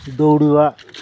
ଦୌଡ଼ିବା